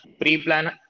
pre-plan